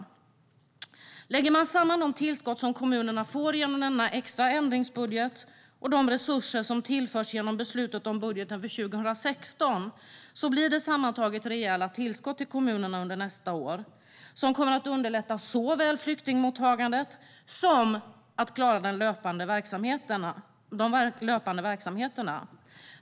Om man lägger samman de tillskott som kommunerna får genom denna extra ändringsbudget och de resurser som tillförs genom beslutet om budgeten för 2016 blir det sammantaget rejäla tillskott till kommunerna under nästa år. Det kommer att underlätta såväl flyktingmottagandet som när det gäller att klara de löpande verksamheterna.